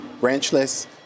branchless